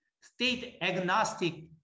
state-agnostic